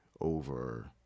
over